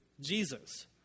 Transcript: Jesus